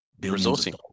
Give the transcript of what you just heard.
resourcing